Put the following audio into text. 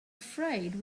afraid